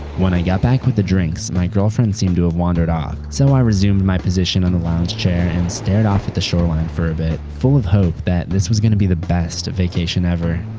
when i got back with the drinks, my girlfriend seemed to have wandered off, so i resumed my position on the lounge chair and stared at the shoreline for a bit, full of hope that this was going to be the best vacation ever.